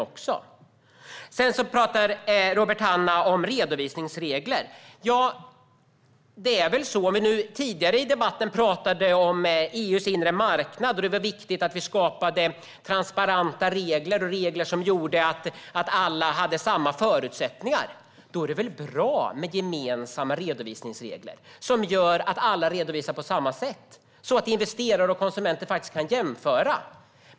Robert Hannah talar om redovisningsregler. Tidigare i debatten talade vi om EU:s inre marknad. Det var viktigt att vi skapade transparenta regler som gjorde att alla hade samma förutsättningar. Då är det väl bra med gemensamma redovisningsregler som gör att alla redovisar på samma sätt så att investerare och konsumenter kan jämföra.